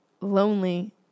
lonely